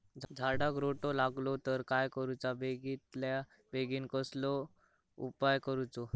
झाडाक रोटो लागलो तर काय करुचा बेगितल्या बेगीन कसलो उपाय करूचो?